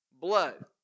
blood